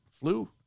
flu